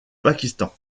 pakistan